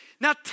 now